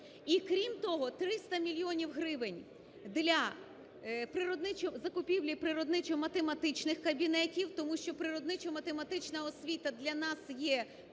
і, крім того, 300 мільйонів гривень для закупівлі природничо-математичних кабінетів, тому що природничо-математична освіта для нас є